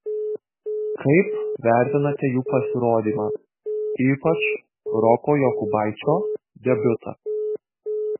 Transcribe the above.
kaip vertinate jų pasirodymą ypač roko jokubaičio debiutą